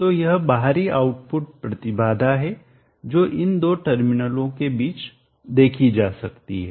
तो यह बाहरी आउटपुट प्रतिबाधा है जो इन दो टर्मिनलों के बीच देखी जा सकती है